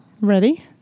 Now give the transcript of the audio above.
Ready